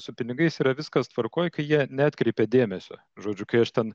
su pinigais yra viskas tvarkoj kai jie neatkreipia dėmesio žodžiu kai aš ten